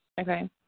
Okay